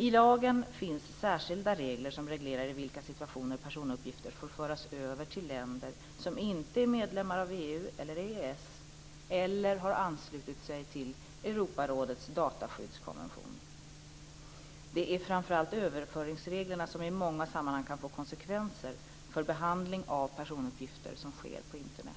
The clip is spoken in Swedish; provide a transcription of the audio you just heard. I lagen finns särskilda regler som reglerar i vilka situationer personuppgifter får föras över till länder som inte är medlemmar av EU eller EES eller har anslutit sig till Europarådets dataskyddskonvention. Det är framför allt överföringsreglerna som i många sammanhang kan få konsekvenser för behandling av personuppgifter som sker på Internet.